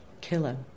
Killer